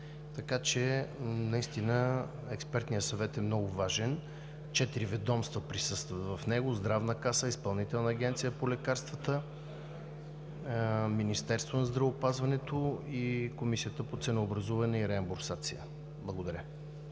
онколекарства. Експертният съвет е много важен. Четири ведомства присъстват в него – Здравната каса, Изпълнителната агенция по лекарствата, Министерството на здравеопазването и Комисията по ценообразуване и реимбурсация. Благодаря.